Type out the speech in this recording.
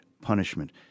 punishment